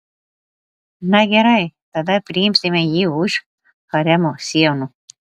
na gerai tada priimsime jį už haremo sienų